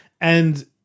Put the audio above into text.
And-